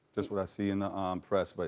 just what i see in the um press, but